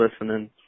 listening